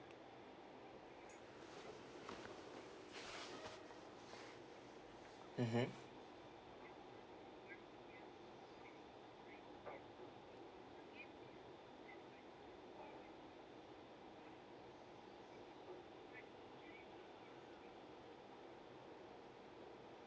mmhmm